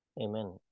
Amen